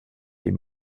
des